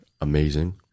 amazing